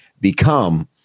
become